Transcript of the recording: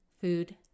Food